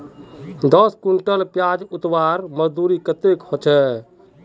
दस कुंटल प्याज उतरवार मजदूरी कतेक होचए?